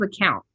account